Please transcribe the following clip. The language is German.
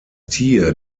tier